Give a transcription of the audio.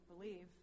believe